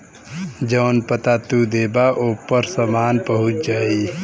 जौन पता तू देबा ओपर सामान पहुंच जाई